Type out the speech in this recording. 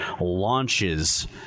launches